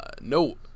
No